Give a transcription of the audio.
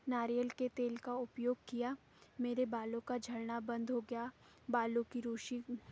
नारियल के तेल का उपयोग किया मेरे बालों का झड़ना बंद हो गया बालों की रूसी